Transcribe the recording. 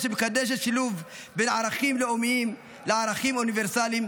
שמקדשת שילוב בין ערכים לאומיים לערכים אוניברסליים,